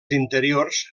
interiors